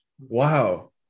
Wow